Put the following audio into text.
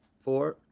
four,